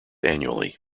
annually